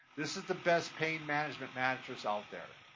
this is the best pain management mattress out there.